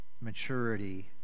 Maturity